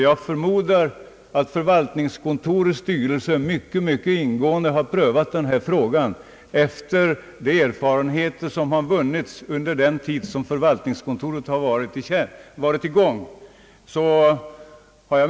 Jag förmodar att styrelsen ingående har prövat frågan med ledning av de erfarenheter som vunnits under den tid förvaltningskontoret varit i gång.